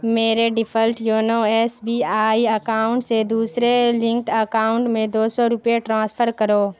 میرے default YONO S B I account سے دوسرے لنکڈ اکاؤنٹ میں دو سو روپئے ٹرانسفر کرو